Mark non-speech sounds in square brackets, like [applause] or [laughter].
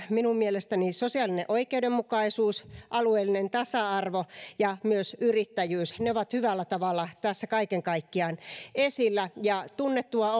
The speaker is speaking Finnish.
minun mielestäni sosiaalinen oikeudenmukaisuus alueellinen tasa arvo ja myös yrittäjyys ne ovat hyvällä tavalla tässä kaiken kaikkiaan esillä ja tunnettua [unintelligible]